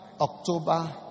October